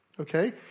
okay